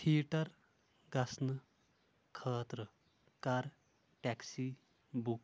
theatre گژھنہٕ خٲطرٕ کر ٹیکسی بُک